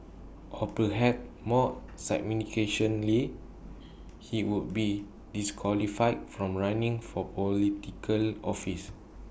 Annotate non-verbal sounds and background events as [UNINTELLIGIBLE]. or perhaps more [UNINTELLIGIBLE] he would be disqualified from running for Political office